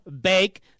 Bake